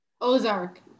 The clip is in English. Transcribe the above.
Ozark